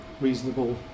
reasonable